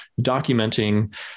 documenting